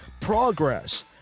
Progress